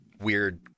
weird